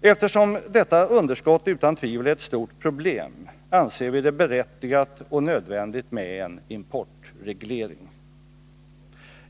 Eftersom detta underskott utan tvivel är ett stort problem anser vi det berättigat och nödvändigt med en importreglering.